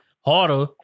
harder